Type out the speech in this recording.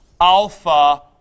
alpha